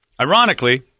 Ironically